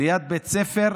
ליד בית ספר,